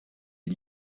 est